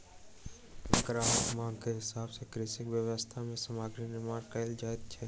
ग्राहकक मांग के हिसाब सॅ कृषि व्यवसाय मे सामग्री निर्माण कयल जाइत अछि